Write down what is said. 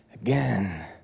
again